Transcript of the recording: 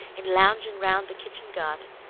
in lounging round the kitchen garden,